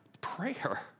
prayer